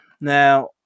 Now